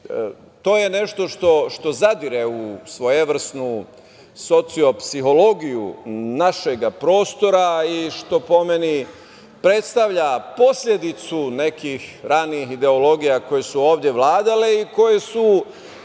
To je nešto što zadire u svojevrsnu socio-psihologiju našeg prostora i što, po meni, predstavlja posledicu nekih ranijih ideologija koje su ovde vladale i koje su